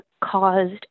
caused